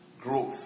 growth